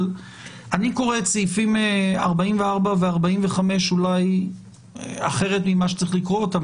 אבל אני קורא את סעיפים 44 ו-45 אולי אחרת ממה שצריך לקרוא אותם,